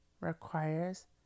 requires